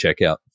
checkout